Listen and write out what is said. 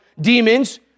demons